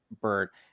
Bert